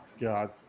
god